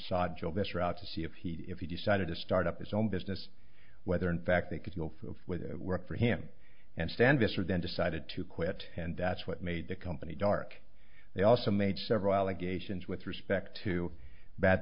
saw joe this route to see if he if he decided to start up his own business whether in fact they could go full with work for him and stand to serve then decided to quit and that's what made the company dark they also made several allegations with respect to bad